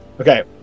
Okay